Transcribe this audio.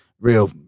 real